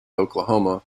oklahoma